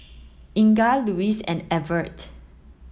Inga Louise and Evert